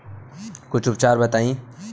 कुछ उपचार बताई?